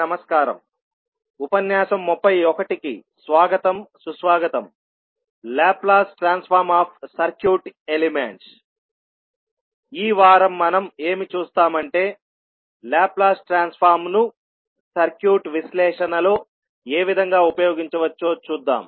నమస్కారము ఈ వారం మనం ఏమి చూస్తామంటే లాప్లాస్ ట్రాన్స్ఫార్మ్ ను సర్క్యూట్ విశ్లేషణలో ఏ విధంగా ఉపయోగించవచ్చో చూద్దాం